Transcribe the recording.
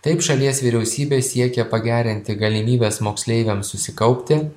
taip šalies vyriausybė siekia pagerinti galimybes moksleiviams susikaupti